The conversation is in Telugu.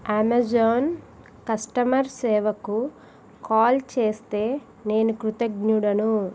అమెజాన్ కస్టమర్ సేవకు కాల్ చేస్తే నేను కృతజ్ఞుడను